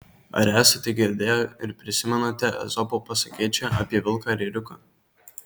ar esate girdėję ir prisimenate ezopo pasakėčią apie vilką ir ėriuką